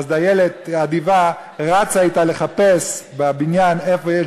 דיילת אדיבה רצה אתה לחפש בבניין איפה יש